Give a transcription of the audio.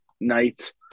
nights